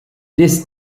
this